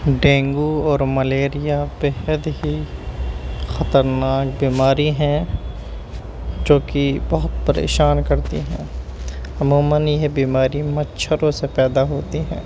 dengue اور malaria بےحد ہی خطرناک بیماری ہیں جوکہ بہت پریشان کرتی ہیں عموماً یہ بیماری مچھروں سے پیدا ہوتی ہیں